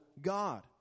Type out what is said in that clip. God